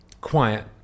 quiet